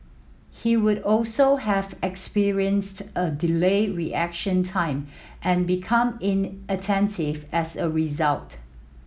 he would also have experienced a delayed reaction time and become inattentive as a result